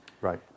Right